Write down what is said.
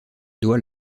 doit